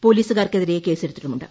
പൊലീസുകാർക്കെതിരെ കേസെടുത്തിട്ടുണ്ട്